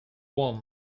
warm